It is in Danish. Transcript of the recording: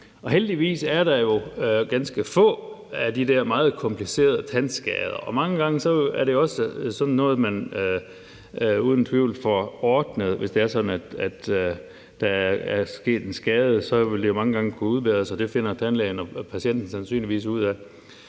heldigvis er der jo ganske få af de der meget komplicerede tandskader. Mange gange er det også sådan noget, man uden tvivl får ordnet. Hvis det er sådan, at der er sket en skade, vil det jo mange gange kunne udbedres, og det finder tandlægen og patienten sandsynligvis ud af.